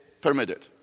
permitted